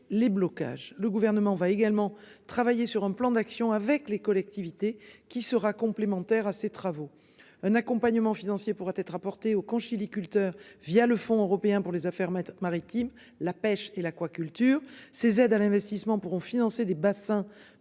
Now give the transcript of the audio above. les blocages, le gouvernement va également travailler sur un plan d'action avec les collectivités qui sera complémentaire à ces travaux. Un accompagnement financier pourrait être apportée aux conchyliculteurs via le fonds européen pour les affaires maritimes, la pêche et l'aquaculture ces aides à l'investissement pourront financer des bassins